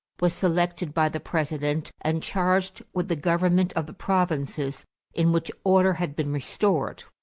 was selected by the president and charged with the government of the provinces in which order had been restored.